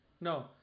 No